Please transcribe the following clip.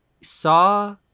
saw